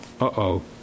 uh-oh